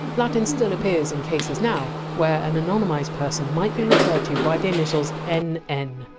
latin still appears in cases now, where an anonymised person might be referred to by the initials n n!